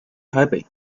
台北